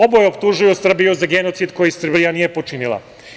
Oboje optužuju Srbiju za genocid koji Srbija nije počinila.